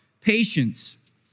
patience